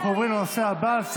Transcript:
אנחנו עוברים לנושא הבא על סדר-היום,